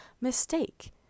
mistake